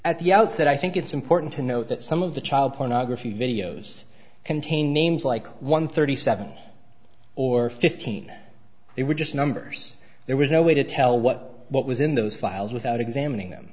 at the outset i think it's important to note that some of the child pornography videos contain names like one thirty seven or fifteen they were just numbers there was no way to tell what what was in those files without examining them